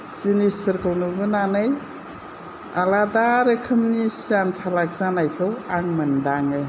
जिनिसफोरखौ नुबोनानै आलादा रोखोमनि सियान सालाख जानायखौ आं मोन्दाङो